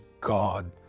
God